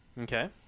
Okay